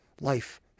Life